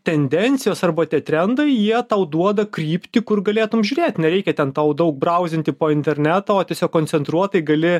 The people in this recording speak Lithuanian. tendencijos arba tie trendai jie tau duoda kryptį kur galėtum žiūrėt nereikia ten tau daug brausinti po internetą o tiesiog koncentruotai gali